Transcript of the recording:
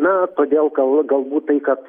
na todėl gal galbūt tai kad